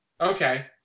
Okay